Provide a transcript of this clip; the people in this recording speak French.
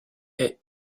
est